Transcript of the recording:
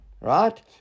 Right